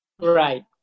Right